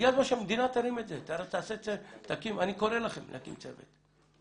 אני קורא לכם להקים צוות.